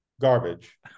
garbage